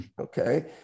Okay